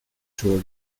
tour